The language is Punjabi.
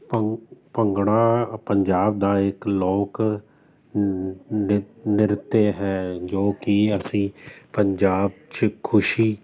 ਭੰ ਭੰਗੜਾ ਪੰਜਾਬ ਦਾ ਇੱਕ ਲੋਕ ਨਿ ਨ੍ਰਿਤ ਹੈ ਜੋ ਕਿ ਅਸੀਂ ਪੰਜਾਬ 'ਚ ਖੁਸ਼ੀ